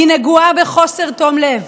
היא נגועה בחוסר תום לב,